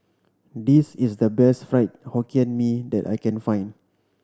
this is the best Fried Hokkien Mee that I can find